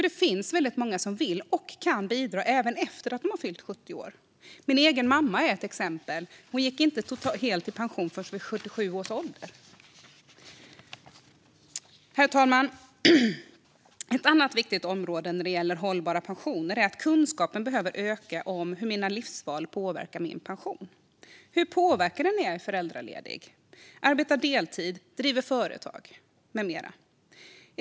Det finns många som vill och kan bidra även efter det att de fyllt 70 år. Min mamma är ett exempel. Hon gick inte helt i pension förrän vid 77 års ålder. Herr ålderspresident! Ett annat viktigt område när det gäller hållbar pension är att kunskapen behöver öka om hur mina livsval påverkar min pension. Hur påverkar det när jag är föräldraledig, arbetar deltid, driver företag med mera?